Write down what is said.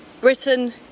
Britain